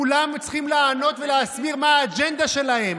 כולם צריכים לענות ולהסביר מה האג'נדה שלהם,